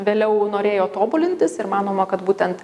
vėliau norėjo tobulintis ir manoma kad būtent